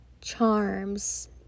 charms